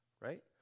right